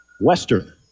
Western